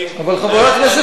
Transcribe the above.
חבר הכנסת דנון,